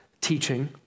teaching